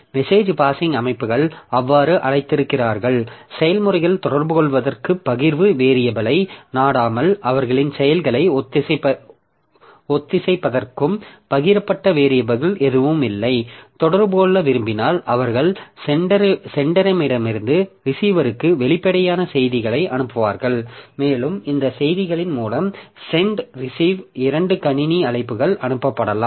message passing அமைப்புகள் அவ்வாறு அழைத்திருக்கிறார்கள் செயல்முறைகள் தொடர்புகொள்வதற்கும் பகிர்வு வேரியபிலை நாடாமல் அவர்களின் செயல்களை ஒத்திசைப்பதற்கும் பகிரப்பட்ட வேரியபில் எதுவும் இல்லை தொடர்பு கொள்ள விரும்பினால் அவர்கள் சென்டரிடமிருந்து ரிசீவருக்கு வெளிப்படையான செய்திகளை அனுப்புவார்கள் மேலும் இந்த செய்திகளின் மூலம் சென்ட் ரிசீவ் இரண்டு கணினி அழைப்புகள் அனுப்பப்படலாம்